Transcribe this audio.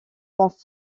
font